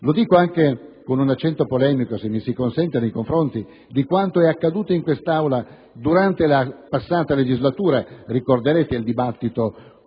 ciò anche con un accento polemico - se mi si consente - nei confronti di quanto è accaduto in quest'Aula durante la passata legislatura. Ricorderete il dibattito